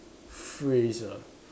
phrase ah